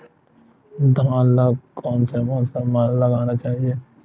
धान ल कोन से मौसम म लगाना चहिए?